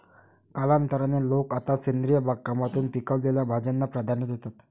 कालांतराने, लोक आता सेंद्रिय बागकामातून पिकवलेल्या भाज्यांना प्राधान्य देतात